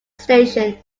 station